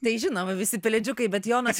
tai žinoma visi pelėdžiukai bet jonas